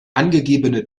angegebene